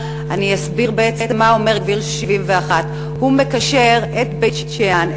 אסביר מה אומר כביש 71. הוא מקשר את בית-שאן,